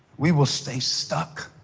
we will stay stuck